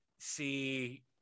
see